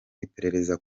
iperereza